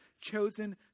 chosen